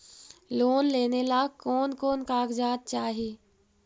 Loan लेने ला कोन कोन कागजात चाही?